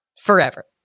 forever